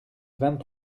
vingt